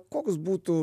koks būtų